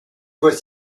voie